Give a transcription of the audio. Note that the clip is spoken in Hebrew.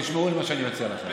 תשמעו את מה שאני מציע לכם.